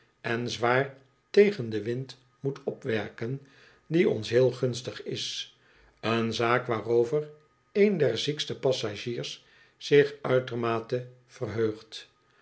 en zwaar tegen den wind moet opwerken die ons heel gunstig is eenzaakwaarovereenderziekstopassagiers zich uitermate verheugd